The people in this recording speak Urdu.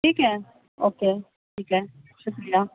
ٹھیک ہے اوکے ٹھیک ہے شُکریہ